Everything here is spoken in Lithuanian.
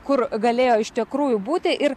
kur galėjo iš tikrųjų būti ir